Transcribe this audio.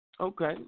Okay